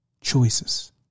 Choices